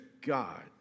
God